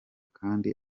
kandi